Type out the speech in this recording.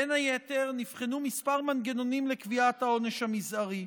בין היתר נבחנו כמה מנגנונים לקביעת העונש המזערי,